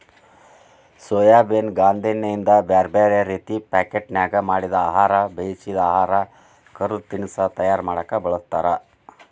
soybean ಗಾಂದೇಣ್ಣಿಯಿಂದ ಬ್ಯಾರ್ಬ್ಯಾರೇ ರೇತಿ ಪಾಕೇಟ್ನ್ಯಾಗ ಮಾಡಿದ ಆಹಾರ, ಬೇಯಿಸಿದ ಆಹಾರ, ಕರದ ತಿನಸಾ ತಯಾರ ಮಾಡಕ್ ಬಳಸ್ತಾರ